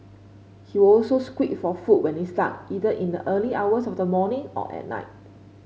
he would also squeak for food when it's dark either in the early hours of the morning or at night